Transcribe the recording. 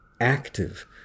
active